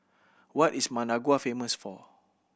what is Managua famous for